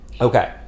Okay